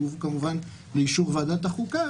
שיובאו כמובן לאישור ועדת החוקה,